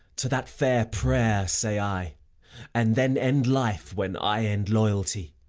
to that fair prayer say i and then end life when i end loyalty!